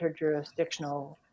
interjurisdictional